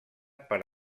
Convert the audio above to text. per